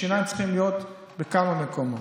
השיניים צריכות להיות בכמה מקומות.